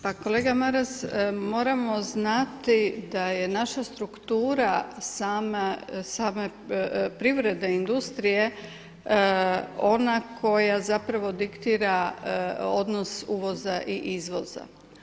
Pa kolega Maras, moramo znati da je naša struktura same privrede, industrije ona koja zapravo diktira odnos uvoza i izvoza.